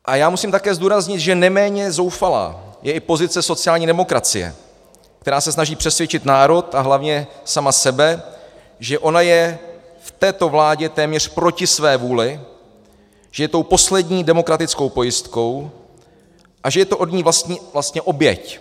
A já musím také zdůraznit, že neméně zoufalá je i pozice sociální demokracie, která se snaží přesvědčit národ a hlavně sama sebe, že ona je v této vládě téměř proti své vůli, že je tou poslední demokratickou pojistkou a že je to od ní vlastně oběť.